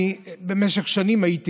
במשך שנים הייתי